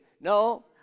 No